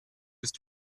ist